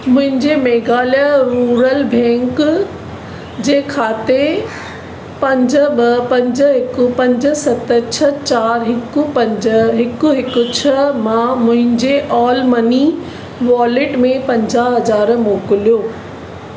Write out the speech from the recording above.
मुंहिंजे Meghalaya rural bank जे खाते पंज ॿ पंज हिकु पंज सत छह चारि हिकु पंज हिकु हिकु छह मां मुंहिंजे ओल मनी वॉलेट में पंजाहु हज़ार मोकिलियो